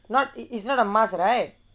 not it is not a must right